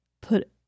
put